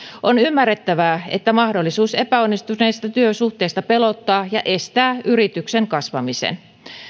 on ymmärrettävää että mahdollisuus epäonnistuneesta työsuhteesta pelottaa ja estää yrityksen kasvamisen